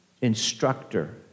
Instructor